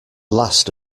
last